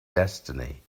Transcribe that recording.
destiny